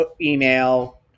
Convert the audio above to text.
email